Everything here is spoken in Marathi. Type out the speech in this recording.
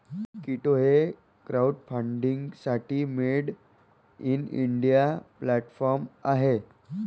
कीटो हे क्राउडफंडिंगसाठी मेड इन इंडिया प्लॅटफॉर्म आहे